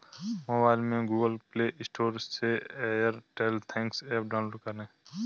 mobile में Google Play Store से Airtel Thanks app download करें